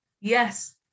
yes